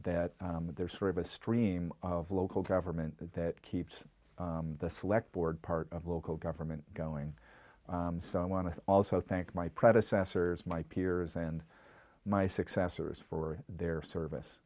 that there's sort of a stream of local government that keeps the select board part of local government going so i want to also thank my predecessors my peers and my successors for their service